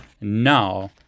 now